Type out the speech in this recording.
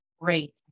Great